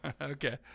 Okay